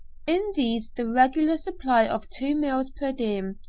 in these the regular supply of two meals per diem,